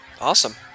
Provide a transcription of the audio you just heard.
Awesome